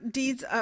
deeds